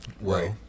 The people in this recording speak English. Right